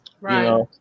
Right